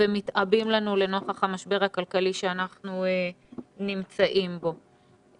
ומתעבים לנו לנוכח המשבר הכלכלי שאנחנו נמצאים בו.